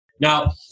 Now